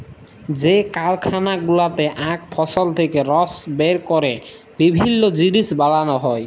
যে কারখালা গুলাতে আখ ফসল থেক্যে রস বের ক্যরে বিভিল্য জিলিস বানাল হ্যয়ে